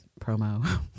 promo